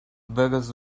beggars